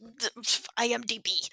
IMDB